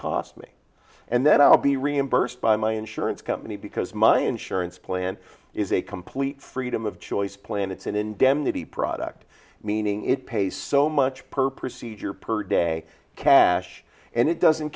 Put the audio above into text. cost me and then i'll be reimbursed by my insurance company because my insurance plan is a complete freedom of choice plan it's an indemnity product meaning it pays so much per procedure per day a cache and it doesn't